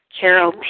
Carol